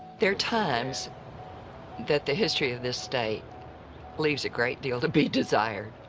there are times that the history of this state leaves a great deal to be desired.